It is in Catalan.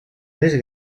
més